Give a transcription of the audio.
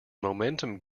momentum